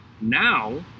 Now